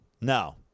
No